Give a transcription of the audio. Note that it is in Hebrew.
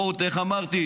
בואו, איך אמרתי?